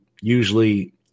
usually